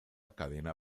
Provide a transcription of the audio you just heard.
cadena